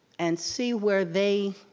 and see where they,